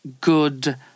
Good